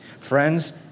Friends